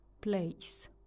place